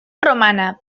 romana